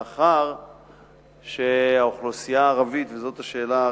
4 5. מאחר שהאוכלוסייה הערבית,